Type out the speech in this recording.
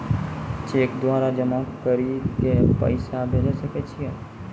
Cheque द्वारा जमा करि के पैसा भेजै सकय छियै?